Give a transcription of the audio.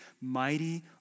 mighty